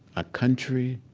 a country,